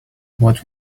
what